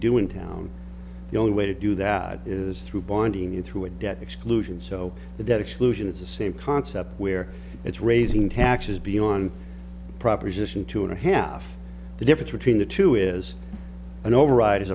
do in town the only way to do that is through bonding is through a debt exclusion so that exclusion it's the same concept where it's raising taxes beyond proposition two and a half the difference between the two is an override